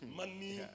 money